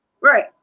Right